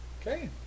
Okay